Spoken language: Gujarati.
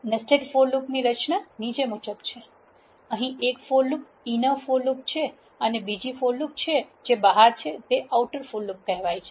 નેસ્ટેડ ફોર લુપ ની રચના નીચે મુજબ છે અહીં એક for loop inner for loop છે અને બીજી લુપ જે બહાર છે તેને આઉટર ફોર લૂપ કહેવાય છે